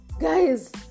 guys